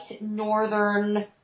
northern